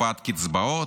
הקפאת קצבאות,